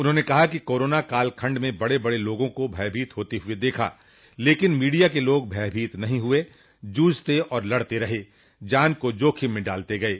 उन्होंने कहा कि कोरोनाकाल खण्ड में बड़े बड़े लोगों को भयभीत होते हुए देखा है लेकिन मीडिया के लोग भयभीत नहीं हुए जूझते लड़ते रहे जान को जोखिम में डालते गये